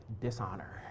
Dishonor